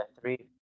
three